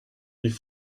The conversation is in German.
wie